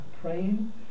praying